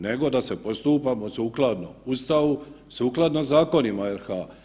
Nego da se postupamo sukladno Ustavu, sukladno zakonima RH.